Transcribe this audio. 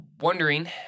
wondering